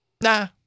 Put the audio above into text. nah